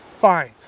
Fine